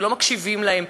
ולא מקשיבים להם,